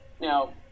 Now